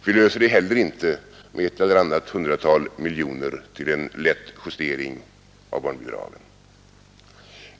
Vi löser det inte heller med ett eller annat hundratal miljoner till en lätt justering av barnbidragen.